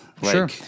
Sure